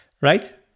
Right